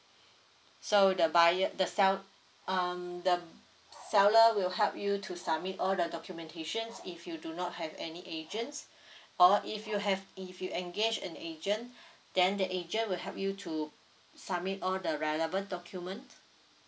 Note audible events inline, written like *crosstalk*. so the buyer the sell um the seller will help you to submit all the documentations if you do not have any agents *breath* or if you have if you engage an agent *breath* then the agent will help you to submit all the relevant document